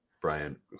Brian